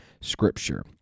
scripture